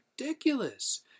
ridiculous